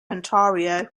ontario